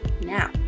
Now